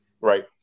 Right